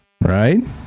right